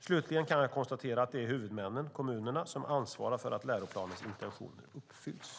Slutligen kan jag konstatera att det är huvudmännen, kommunerna, som ansvarar för att läroplanens intentioner uppfylls.